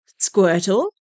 Squirtle